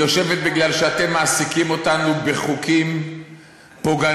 היא יושבת מפני שאתם מעסיקים אותנו בחוקים פוגעניים,